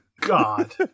God